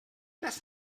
das